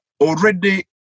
already